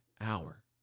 hour